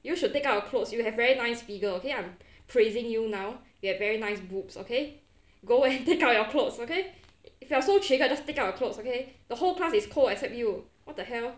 you should take out your clothes you have very nice figure okay I'm praising you now you have very nice boobs okay go ahead take out your clothes okay if you are so triggered just take out your clothes okay the whole class is cold except you what the hell